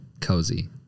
cozy